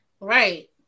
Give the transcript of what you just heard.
right